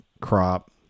crop